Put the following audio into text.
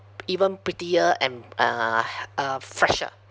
even prettier and uh ha~ uh fresher